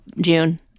June